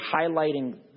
highlighting